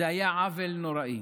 זה היה עוול נוראי.